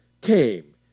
came